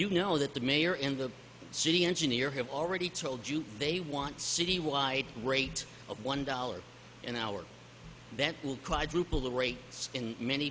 you know that the mayor in the city engineer have already told you they want city wide rate of one dollar an hour that will quadruple the rate in many